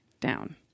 down